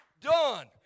done